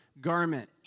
garment